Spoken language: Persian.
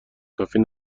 کافی